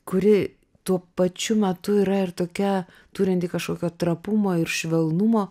kuri tuo pačiu metu yra ir tokia turinti kažkokio trapumo ir švelnumo